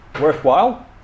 worthwhile